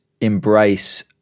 embrace